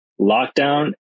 lockdown